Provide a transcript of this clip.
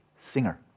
Singer